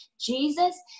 Jesus